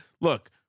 Look